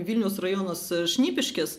vilniaus rajonas šnipiškės